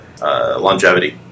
longevity